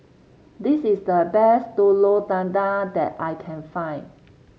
this is the best Telur Dadah that I can find